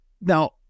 Now